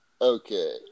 Okay